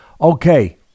okay